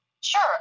Sure